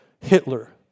Hitler